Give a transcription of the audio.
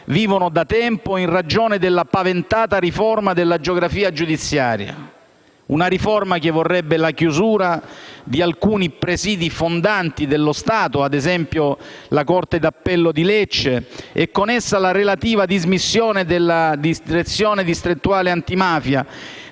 vivono da tempo, in ragione della paventata riforma della geografia giudiziaria. Una riforma che vorrebbe la chiusura di alcuni presidi fondanti dello Stato, ad esempio la corte d'appello di Lecce, e con essa la relativa dismissione della direzione distrettuale antimafia,